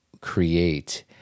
create